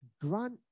grant